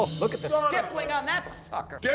ah look at the stippling on that sucker. yeah